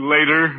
Later